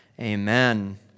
Amen